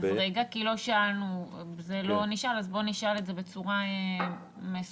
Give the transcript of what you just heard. כי זה לא נשאל, אז נשאל את זה בצורה מסודרת.